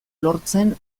lortzen